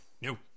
No